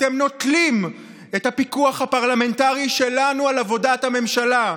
אתם נוטלים את הפיקוח הפרלמנטרי שלנו על עבודת הממשלה,